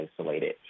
isolated